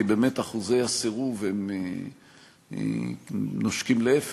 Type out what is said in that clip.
כי באמת אחוזי הסירוב נושקים לאפס.